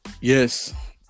Yes